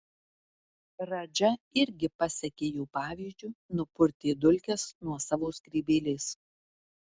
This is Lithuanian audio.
radža irgi pasekė jo pavyzdžiu nupurtė dulkes nuo savo skrybėlės